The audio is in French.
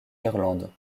irlande